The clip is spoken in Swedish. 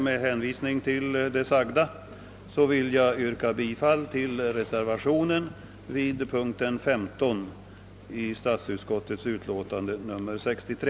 Med hänvisning till det anförda vill jag yrka bifall till reservationen nr 15 vid statsutskottets utlåtande nr 63.